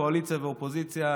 קואליציה ואופוזיציה,